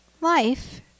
life